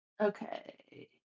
Okay